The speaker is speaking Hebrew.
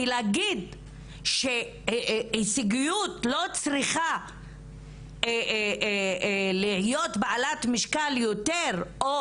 להגיד שהישגיות לא צריכה להיות בעלת יותר משקל או